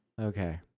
Okay